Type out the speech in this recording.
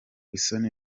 isoni